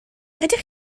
ydych